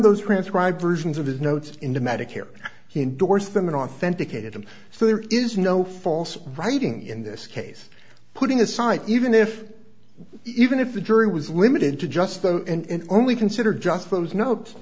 those transcribed versions of his notes into medicare he endorsed them and authenticated them so there is no false writing in this case putting aside even if even if the jury was limited to just throw in only consider just those notes